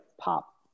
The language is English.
pop